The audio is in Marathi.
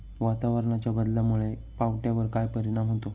वातावरणाच्या बदलामुळे पावट्यावर काय परिणाम होतो?